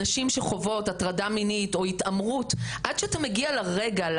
נשים שחוות הטרדה מינית או התעמרות - עד שאתה מגיע לרגע,